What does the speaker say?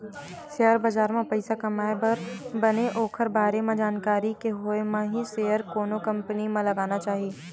share बजार म पइसा कमाए बर बने ओखर बारे म जानकारी के होय म ही सेयर कोनो कंपनी म लगाना चाही